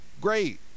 great